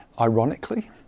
Ironically